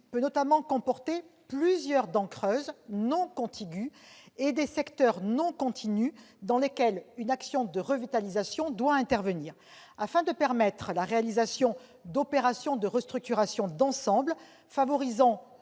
peut notamment comporter plusieurs dents creuses, non contiguës, et des secteurs non continus dans lesquels une action de revitalisation doit intervenir. Afin de permettre la réalisation d'opérations de restructuration d'ensemble favorisant